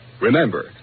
Remember